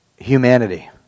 humanity